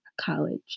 college